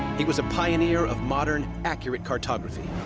he was a pioneer of modern, accurate cartography.